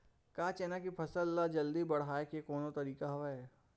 का चना के फसल ल जल्दी बढ़ाये के कोनो तरीका हवय?